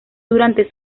durante